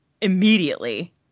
immediately